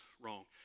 wrong